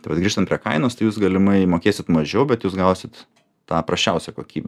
tai va grįžtan prie kainos tai jūs galimai mokėsit mažiau bet jūs gausit tą prasčiausią kokybę